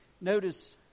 notice